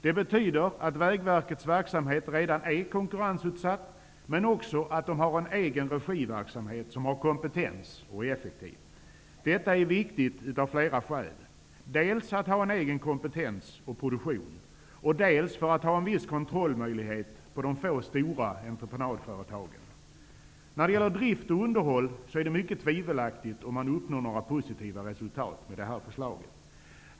Det betyder att Vägverkets verksamhet redan är konkurrensutsatt, men också att man har en egen regiverksamhet som har kompetens och som är effektiv. Detta är av flera skäl viktigt -- dels för att ha en egen kompetens och produktion, dels för att ha en viss kontrollmöjlighet när det gäller de få stora entreprenadföretagen. Det är högst tvivelaktigt om man med det här förslaget uppnår några positiva resultat när det gäller drift och underhåll.